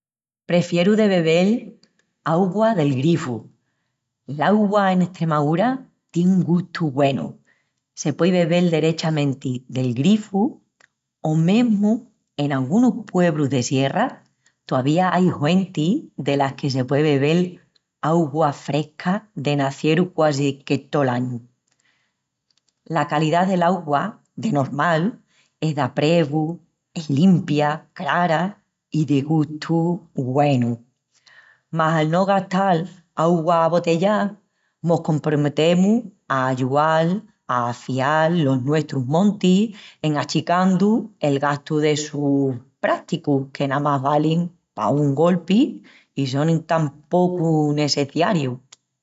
Prefieru de bebel augua del grifu. L'augua en Estremaúra tien un gustu güenu, se puei bebel derechamenti del grifu o mesmu en angunus puebrus de sierra tovía ain huentis delas que se puei bebel augua fresca de nacieru quasi que tol añu. La calidá del'augua, de normal, es d'aprevu, es limpia, crara i de gustu güenu. Más, al no gastal augua abotellá, mos comprometemus a ayual a afial los nuestrus montis en achicandu el gastu d'essus prásticus que namás valin pa un golpi i sonin tan pocu nesseciarius.